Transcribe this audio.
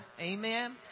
Amen